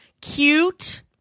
cute